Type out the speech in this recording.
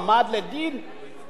בהסתה לגזענות.